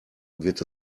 wird